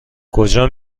کجا